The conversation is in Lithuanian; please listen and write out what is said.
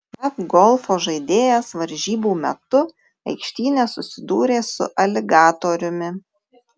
jav golfo žaidėjas varžybų metu aikštyne susidūrė su aligatoriumi